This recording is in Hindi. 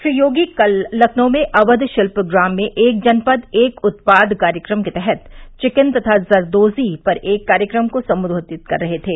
श्री योगी कल लखनऊ में अव्य शिल्प ग्राम में एक जनपद एक उत्पाद कार्यक्रम के तहत चिकन तथा जरदोजी पर एक कार्यक्रम को सम्बोधित कर रहे थे